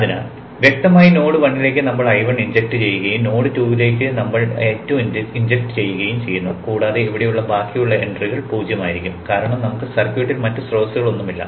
അതിനാൽ വ്യക്തമായി നോഡ് 1 ലേക്ക് നമ്മൾ I1 ഇൻജക്റ്റ് ചെയ്യുകയും നോഡ് 2 ലേക്ക് നമ്മൾ I2 ഇൻജക്റ്റ് ചെയ്യുകയും ചെയ്യുന്നു കൂടാതെ ഇവിടെയുള്ള ബാക്കിയുള്ള എൻട്രികൾ 0 ആയിരിക്കും കാരണം നമുക്ക് സർക്യൂട്ടിൽ മറ്റ് സ്രോതസ്സുകളൊന്നുമില്ല